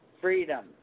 freedom